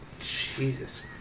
Jesus